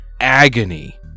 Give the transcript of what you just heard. agony